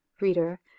READER